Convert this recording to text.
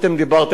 על ההפגנות.